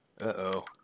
Uh-oh